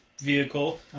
vehicle